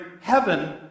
heaven